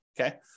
Okay